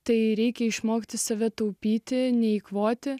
tai reikia išmokti save taupyti neeikvoti